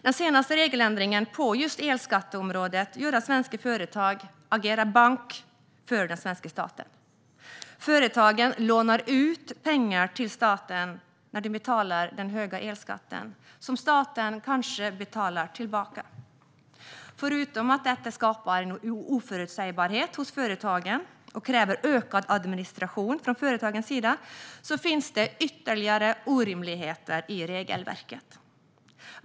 Den senaste regeländringen på just elskatteområdet gör att svenska företag agerar bank för den svenska staten. Företagen lånar ut pengar till staten när de betalar den höga elskatten, som staten kanske betalar tillbaka. Förutom att detta skapar en oförutsägbarhet och kräver ökad administration för företagen finns det ytterligare orimligheter i regelverket.